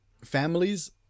families